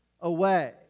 away